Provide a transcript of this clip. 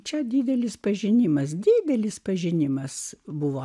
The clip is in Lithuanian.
čia didelis pažinimas didelis pažinimas buvo